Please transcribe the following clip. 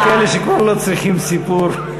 יש כאלה שכבר לא צריכים סיפור.